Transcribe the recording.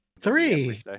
Three